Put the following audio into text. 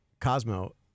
Cosmo